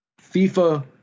FIFA